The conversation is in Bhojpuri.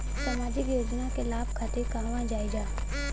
सामाजिक योजना के लाभ खातिर कहवा जाई जा?